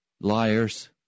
liars